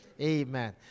Amen